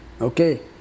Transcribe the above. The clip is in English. Okay